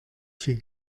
sea